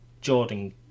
Jordan